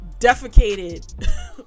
defecated